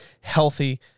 healthy